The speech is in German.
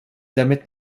damit